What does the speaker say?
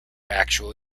actual